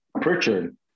Pritchard